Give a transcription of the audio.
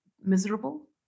miserable